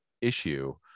issue